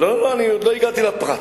עוד לא הגעתי לפרת.